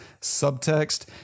subtext